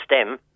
STEM